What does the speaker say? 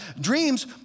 Dreams